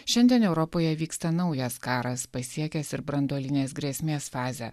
šiandien europoje vyksta naujas karas pasiekęs ir branduolinės grėsmės fazę